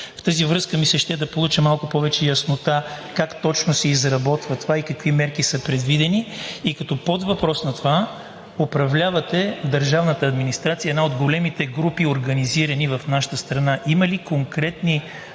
В тази връзка ми се ще да получа малко повече яснота как точно се изработва това и какви мерки са предвидени? И като подвъпрос: управлявате държавната администрация, една от големите организирани групи в нашата страна, има ли конкретни